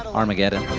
armageddon.